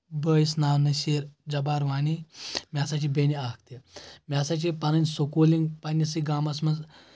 بٲیِس ناو نصیر جبار وانی مےٚ ہسا چھِ بیٚنہِ اکھ تہِ مےٚ ہسا چھِ پنٕنۍ سکوٗلنگ پننسٕے گامس منٛز